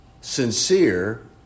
sincere